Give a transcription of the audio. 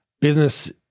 Business